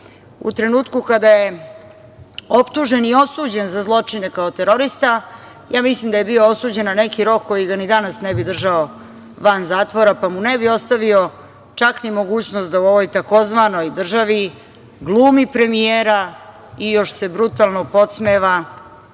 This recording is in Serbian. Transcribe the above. trenutku kada je optuženi osuđen za zločine kao terorista, ja mislim da je bio osuđen na neki rok koji ga ni danas ne bi držao van zatvora, pa mu ne bi ostavio, čak ni mogućnost da u ovoj tzv. državi glumi premijera i još se brutalno podsmeva